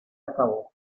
acabó